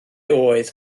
oedd